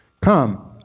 Come